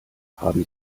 haben